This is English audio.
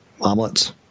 omelets